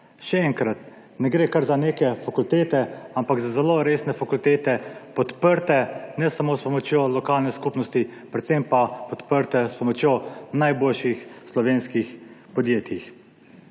Še enkrat, ne gre kar za neke fakultete, ampak za zelo resne fakultete, podprte ne samo s pomočjo lokalne skupnosti, predvsem podprte s pomočjo najboljših slovenskih podjetij.